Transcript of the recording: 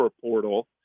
portal